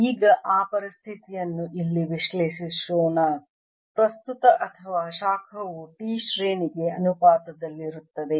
ಈಗ ಆ ಪರಿಸ್ಥಿತಿಯನ್ನು ಇಲ್ಲಿ ವಿಶ್ಲೇಷಿಸೋಣ ಪ್ರಸ್ತುತ ಅಥವಾ ಶಾಖವು T ಶ್ರೇಣಿಗೆ ಅನುಪಾತದಲ್ಲಿರುತ್ತದೆ